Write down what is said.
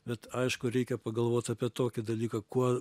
bet aišku reikia pagalvot apie tokį dalyką kuo